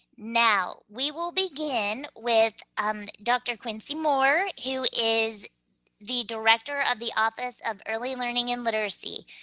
now we will begin with um dr. quincie moore, who is the director of the office of early learning and literacy.